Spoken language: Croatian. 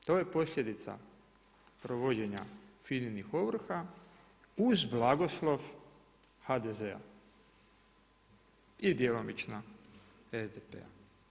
To je posljedica provođenja FINA-inih ovrha uz blagoslov HDZ-a i djelomično SDP-a.